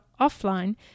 offline